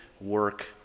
work